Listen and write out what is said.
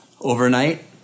overnight